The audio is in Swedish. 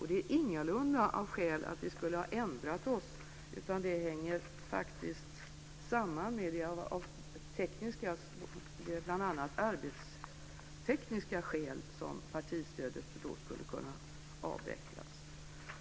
Det är ingalunda av det skälet att vi skulle ha ändrat oss, utan det hänger samman med bl.a. arbetstekniska skäl att partistödet skulle kunna avvecklas.